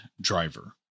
driver